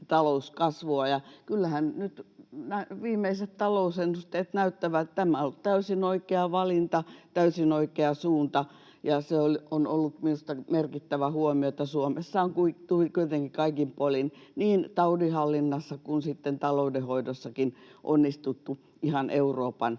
talouskasvua, ja kyllähän nyt nämä viimeiset talousennusteet näyttävät, että tämä on ollut täysin oikea valinta, täysin oikea suunta, ja se on ollut minusta merkittävä huomio, että Suomessa on kuitenkin kaikin puolin niin taudin hallinnassa kuin sitten taloudenhoidossakin onnistuttu ihan Euroopan